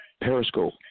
Periscope